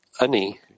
Ani